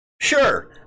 sure